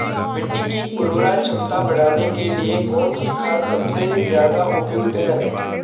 मिट्टी की उर्वरा क्षमता बढ़ाने के लिए कौन सी खाद सबसे ज़्यादा उपयुक्त है?